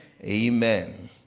Amen